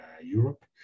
europe